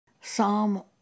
Psalm